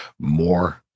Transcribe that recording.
more